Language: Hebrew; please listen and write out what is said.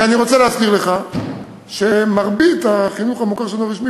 אני רוצה להזכיר לך שמרבית החינוך המוכר שאינו רשמי